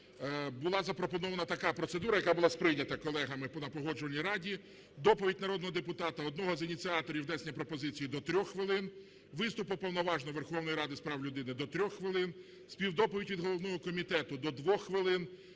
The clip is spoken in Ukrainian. Була запропонована така процедура, яка була сприйнята колегами на Погоджувальній раді: доповідь народного депутата, одного з ініціаторів внесення пропозиції – до 3 хвилин; виступ Уповноваженої Верховної Ради з прав людини – до 3 хвилини; співдоповіді від головного комітету – до 2 хвилин;